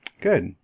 Good